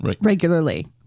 regularly